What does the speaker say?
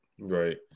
Right